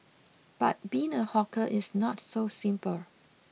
but being a hawker it's not so simple